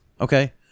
Okay